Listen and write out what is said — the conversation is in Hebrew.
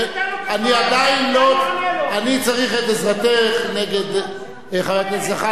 אני עדיין לא צריך את עזרתך נגד חבר הכנסת זחאלקה.